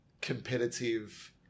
competitive